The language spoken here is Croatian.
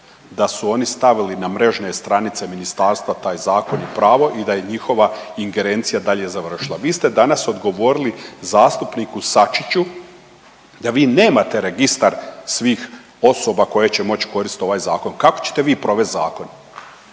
da su oni stavili na mrežne stranice ministarstva taj zakon i pravo i da je njihova ingerencija dalje završila. Vi ste danas odgovorili zastupniku Sačiću da vi nemate registar svih osoba koje će moći koristiti ovaj zakon, kako ćete vi provesti zakon.